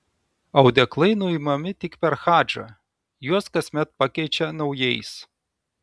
audeklai nuimami tik per hadžą juos kasmet pakeičia naujais